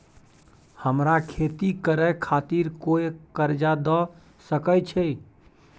हमरा खेती करे खातिर कोय कर्जा द सकय छै?